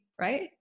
right